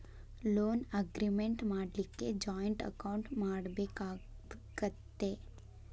Loan agreement ಮಾಡ್ಲಿಕ್ಕೆ joint account ಮಾಡ್ಬೆಕಾಕ್ಕತೇ?